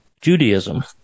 Judaism